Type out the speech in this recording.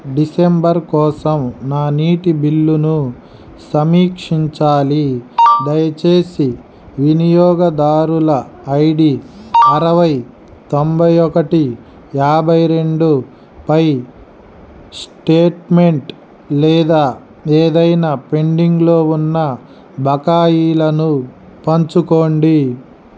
December కోసం నా నీటి బిల్లును సమీక్షించాలి దయచేసి వినియోగదారుల ఐడి అరవై తొంభై ఒకటి యాభై రెండుపై స్టేట్మెంట్ లేదా ఏదైనా పెండింగ్లో ఉన్న బకాయిలను పంచుకోండి